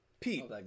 Pete